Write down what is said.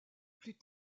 plus